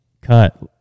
cut